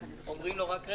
אומרים לו: רק רגע,